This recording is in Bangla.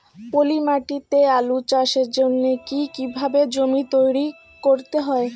পলি মাটি তে আলু চাষের জন্যে কি কিভাবে জমি তৈরি করতে হয়?